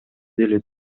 деле